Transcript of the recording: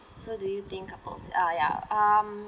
so do you think couples uh ya um